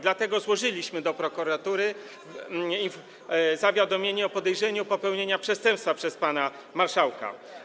Dlatego złożyliśmy do prokuratury zawiadomienie o podejrzeniu popełnienia przestępstwa przez pana marszałka.